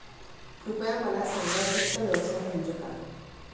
कृपया मला सांगा वित्त व्यवसाय म्हणजे काय?